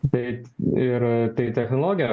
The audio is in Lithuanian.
tai ir tai technologija